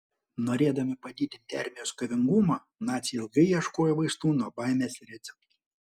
norėdami padidinti armijos kovingumą naciai ilgai ieškojo vaistų nuo baimės recepto